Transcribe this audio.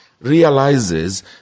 realizes